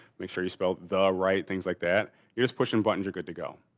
make sure you spell the right, things like that. you're just pushing buttons you're good to go.